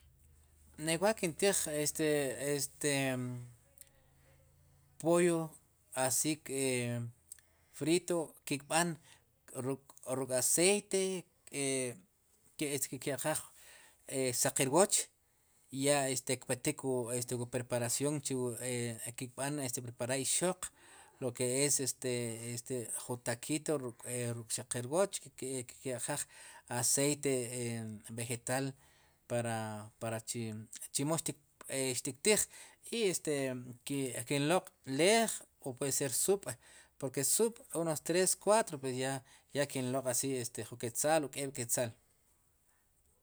Ne wa' kintij este, este pollo asi e frito kb'an ruk'aceite e este kya'qaj e saq rwooch ya kpetik wu preparación chu wu e wu kb'an preparar ixoq lo ke es este jun takito ruk' saq rwooch i kya'qaaj aciete e vegetal para, para chimo xtiktij i este ki'nloq'leej o puede ser sub' porke sub' unos dos tres cuatro pues ya kinloq'asi jun quetzaal o k'eeb'quetzaal.